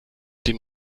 dem